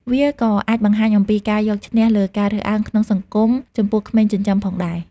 វាក៏អាចបង្ហាញអំពីការយកឈ្នះលើការរើសអើងក្នុងសង្គមចំពោះក្មេងចិញ្ចឹមផងដែរ។